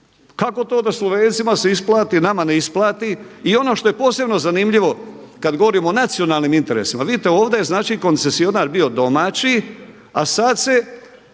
Kako to da Slovencima se isplati, nama ne isplati. I ono što je posebno zanimljivo kad govorim o nacionalnim interesima. Vidite ovdje je, znači koncesionar bio domaći, a sad se